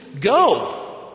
go